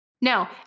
No